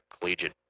collegiate